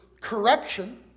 correction